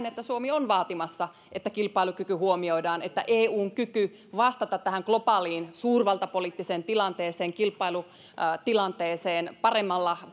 että suomi on vaatimassa että kilpailukyky huomioidaan että eun kyky vastata tähän globaaliin suurvaltapoliittiseen tilanteeseen ja kilpailutilanteeseen on paremmalla